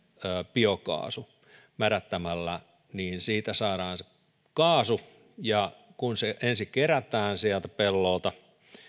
biokaasu mädättämällä niin siitä saadaan se kaasu ja kun se ensin kerätään sieltä pellolta